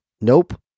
Nope